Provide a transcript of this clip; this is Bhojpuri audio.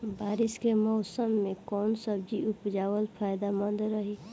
बारिश के मौषम मे कौन सब्जी उपजावल फायदेमंद रही?